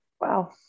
Wow